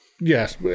Yes